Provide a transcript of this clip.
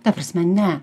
ta prasme ne